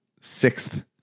sixth